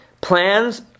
Plans